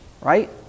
right